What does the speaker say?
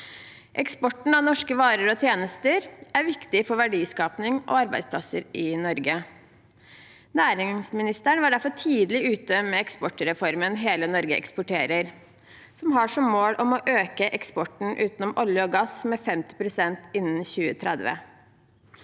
Eksporten av norske varer og tjenester er viktig for verdiskaping og arbeidsplasser i Norge. Næringsministeren var derfor tidlig ute med eksportreformen Hele Norge eksporterer. Den har som mål å øke eksporten, utenom olje og gass, med 50 pst. innen 2030.